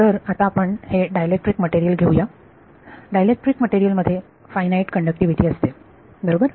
तर आता आपण हे डायलेक्ट्रिक मटेरियल घेऊया डायलेक्ट्रिक मटेरियल मध्ये फायनाईट कण्डक्टिविटी असते बरोबर